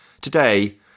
today